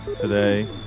today